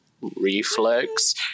Reflex